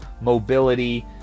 mobility